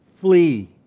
Flee